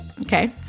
Okay